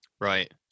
Right